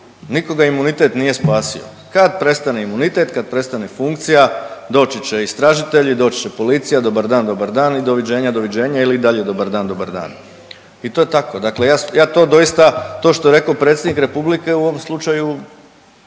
Nikoga imunitet nije spasio. Kad prestane imunitet, kad prestane funkcija doći će istražitelji, doći će policija, dobar dan, dobar dan i doviđenja, doviđenja ili dalje dobar dan, dobar dan. I to je tako. Dakle ja to doista to što je rekao predsjednik Republike u ovom slučaju